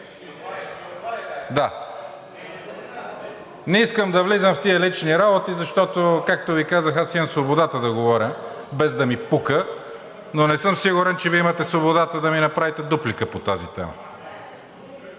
Не искам да влизам в тези лични работи, защото, както Ви казах, аз имам свободата да говоря, без да ми пука, но не съм сигурен, че Вие имате свободата да ми направите дуплика по тази тема.